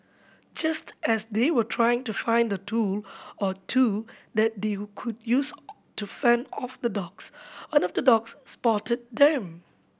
just as they were trying to find a tool or two that they could use to fend off the dogs one of the dogs spotted them